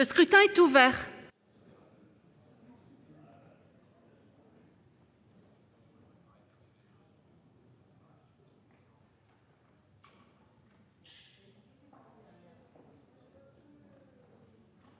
Le scrutin est ouvert.